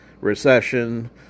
recession